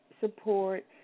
support